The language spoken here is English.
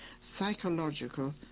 psychological